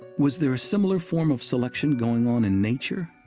was there a similar form of selection going on in nature,